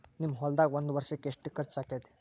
ನಿಮ್ಮ ಹೊಲ್ದಾಗ ಒಂದ್ ವರ್ಷಕ್ಕ ಎಷ್ಟ ಖರ್ಚ್ ಆಕ್ಕೆತಿ?